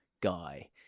guy